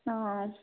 অঁ